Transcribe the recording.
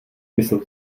myslel